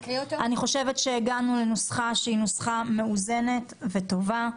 אני חושבת שהגענו לנוסחה שהיא נוסחה מאוזנת וטובה.